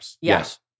yes